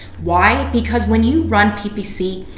why? because when you run ppc,